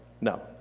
no